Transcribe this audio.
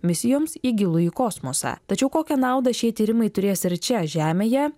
misijoms į gilųjį kosmosą tačiau kokią naudą šie tyrimai turės ir čia žemėje